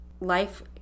Life